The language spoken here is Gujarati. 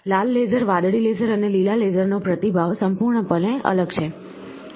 લાલ લેસર વાદળી લેસર અને લીલા લેસર નો પ્રતિભાવ સંપૂર્ણપણે અલગ છે